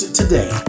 today